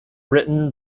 written